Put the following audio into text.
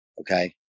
Okay